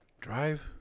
Drive